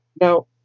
Now